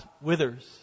withers